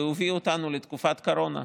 והוא הביא אותנו לתקופת קורונה,